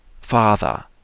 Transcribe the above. Father